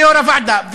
כיושב-ראש הוועדה,